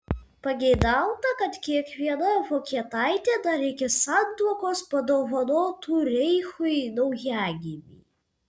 pageidauta kad kiekviena vokietaitė dar iki santuokos padovanotų reichui naujagimį